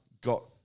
got